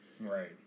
Right